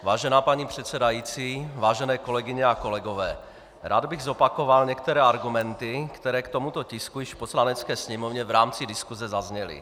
Vážená paní předsedající, vážené kolegyně a kolegové, rád bych zopakoval některé argumenty, které k tomuto tisku již v Poslanecké sněmovně v rámci diskuse zazněly.